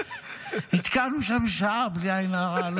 נתקענו שם שעה, בלי עין הרע.